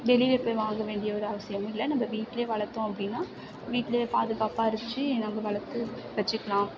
வெளியில் போய் வாங்க வேண்டிய ஒரு அவசியம் இல்லை நம்ம வீட்டிலையே வளர்த்தோம் அப்படின்னா வீட்டிலையே பாதுகாப்பாக பறிச்சு நம்ம வளர்த்து வெச்சுக்கலாம்